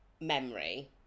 memory